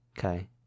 Okay